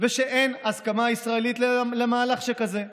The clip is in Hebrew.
ושאין הסכמה ישראלית למהלך שכזה.